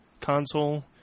console